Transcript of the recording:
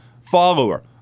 follower